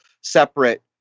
separate